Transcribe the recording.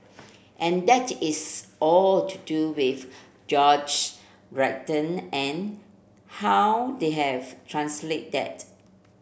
and that is all to do with George written and how they have translate that